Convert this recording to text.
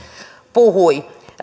puhui